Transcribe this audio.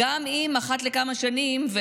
גם אם אחת לכמה שנים,